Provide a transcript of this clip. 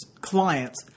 clients